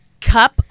cup